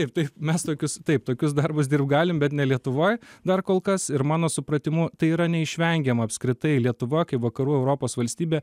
taip tai mes tokius taip tokius darbus dirbt galim bet ne lietuvoj dar kol kas ir mano supratimu tai yra neišvengiama apskritai lietuva kaip vakarų europos valstybė